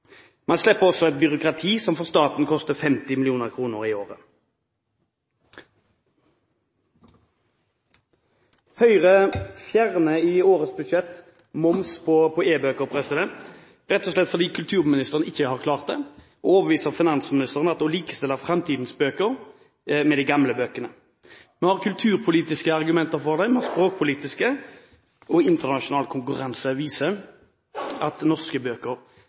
Man slipper også et byråkrati som for staten koster 50 mill. kr i året. Høyre fjerner i årets budsjett moms på e-bøker, rett og slett fordi kulturministeren ikke har klart å overbevise finansministeren om å likestille framtidens bøker med de gamle bøkene. Vi har kulturpolitiske og språkpolitiske argumenter for det, og internasjonal konkurranse viser at norske bøker